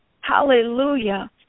Hallelujah